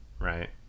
Right